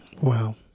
Wow